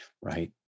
Right